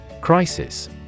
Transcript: Crisis